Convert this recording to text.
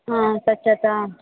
हा स्वच्चता